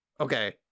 okay